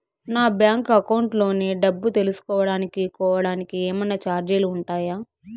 నా bank account లోని డబ్బు తెలుసుకోవడానికి కోవడానికి ఏమన్నా చార్జీలు ఉంటాయా?